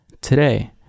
Today